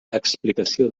explicació